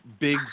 big